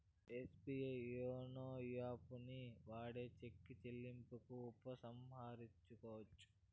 SBI YONO యాపుని వాడి cheque చెల్లింపును ఉపసంహరించుకోవచ్చు